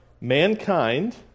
mankind